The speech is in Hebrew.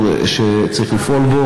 מה